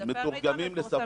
יש דפי מידע מתורגמים לשפות.